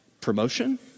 promotion